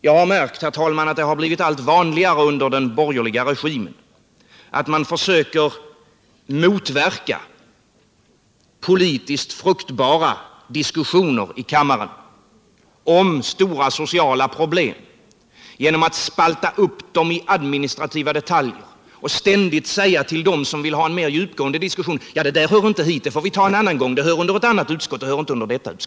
Jag har märkt, herr talman, att det blivit allt vanligare under den borgerliga regimen att försöka motverka politiskt fruktbara diskussioner i kammaren om stora sociala problem genom att spalta upp dem i administrativa detaljer och ständigt säga till dem som vill ha en mer djupgående diskussion: Det där hör inte hit utan det får vi ta en annan gång — det hör till ett annat utskott, inte detta.